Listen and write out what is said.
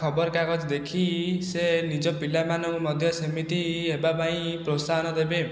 ଖବର କାଗଜ ଦେଖି ସେ ନିଜ ପିଲାମାନଙ୍କୁ ମଧ୍ୟ ସେମିତି ହେବା ପାଇଁ ପ୍ରୋତ୍ସାହନ ଦେବେ